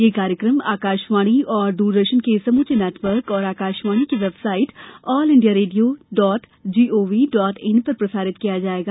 यह कार्यक्रम आकाशवाणी और दूरदर्शन के समूचे नेटवर्क और आकाशवाणी की website all India radio dot gov dot in पर प्रसारित किया जाएगा